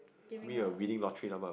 giving out